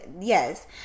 yes